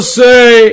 say